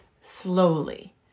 slowly